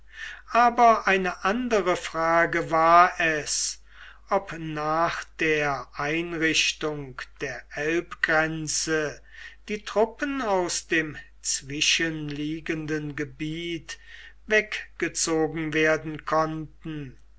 aber eine andere frage war es ob nach der einrichtung der elbgrenze die truppen aus dem zwischenliegenden gebiet weggezogen werden konnten